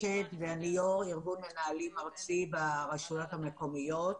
אני יו"ר ארגון מנהלים ארצי ברשויות המקומיות.